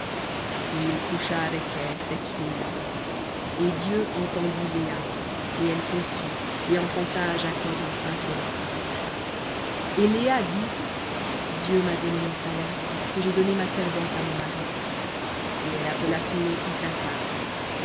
il coucha avec elle cette nuit-là et dieu entendit léa et elle conçut et enfanta à jacob un cinquième fils et léa dit dieu m'a donné mon salaire parce que j'ai donné ma servante à mon mari et elle appela son nom issacar et